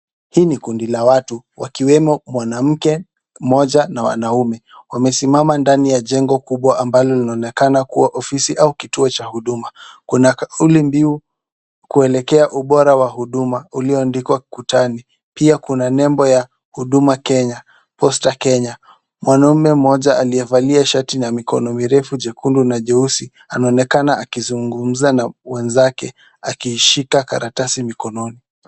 Hii ni kundi la watu wakiwemo mwanamke mmoja na wanaume. Wamesimama ndani ya jengo kubwa ambalo linaonekana kuwa ofisi au kituo cha huduma. Kuna kauli mbiu kuelekea ubora wa huduma ulioandikwa ukutani pia kuna nembo ya huduma Kenya, Posta Kenya. Mwanaume mmoja aliyevalia shati ya mikono mirefu jekundu na jeusi anaonekana akizungumza na mwenzake akiishika karatasi mkononi.